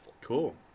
Cool